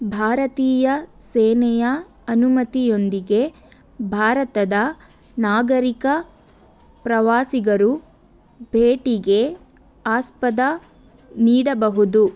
ಭಾರತೀಯ ಸೇನೆಯ ಅನುಮತಿಯೊಂದಿಗೆ ಭಾರತದ ನಾಗರಿಕ ಪ್ರವಾಸಿಗರು ಭೇಟಿಗೆ ಆಸ್ಪದ ನೀಡಬಹುದು